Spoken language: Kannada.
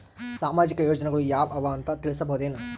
ಸಾಮಾಜಿಕ ಯೋಜನೆಗಳು ಯಾವ ಅವ ಅಂತ ತಿಳಸಬಹುದೇನು?